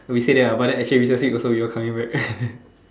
we say that ah but then actually we next week also coming back